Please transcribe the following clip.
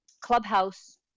Clubhouse